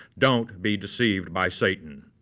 don't be deceived by satan.